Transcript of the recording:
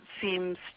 seems